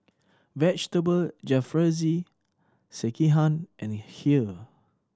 Vegetable Jalfrezi Sekihan and Kheer